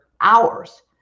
hours